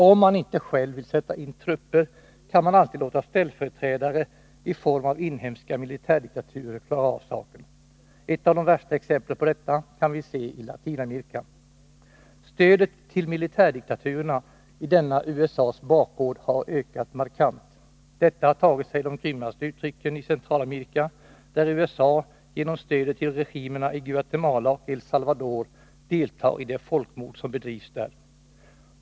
Om man inte själv vill sätta in trupper, kan man alltid låta ställföreträdare i form av inhemska militärdiktaturer klara av saken. Ett av de värsta exemplen på detta kan vi se i Latinamerika. Stödet till militärdiktaturerna i denna ”USA:s bakgård” har ökat markant. Detta har tagit sig de grymmaste uttrycken i Centralamerika, där USA genom stödet till regimerna i Guatemala och El Salvador deltar i det folkmord som bedrivs där.